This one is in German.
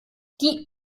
die